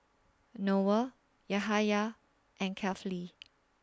Noah Yahaya and Kefli